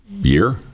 year